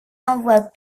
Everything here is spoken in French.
envoie